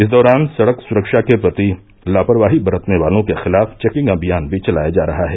इस दौरान सड़क सुरक्षा के प्रति लापरवाही बरतने वालों के खिलाफ चेकिंग अभियान भी चलाया जा रहा है